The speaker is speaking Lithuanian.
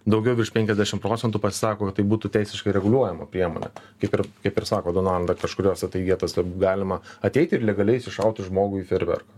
daugiau virš penkiasdešim procentų pasako kad tai būtų teisiškai reguliuojama priemonė kaip ir kaip ir sako donalda kažkuriose vietose galima ateiti ir legaliai išsišauti žmogui fejerverką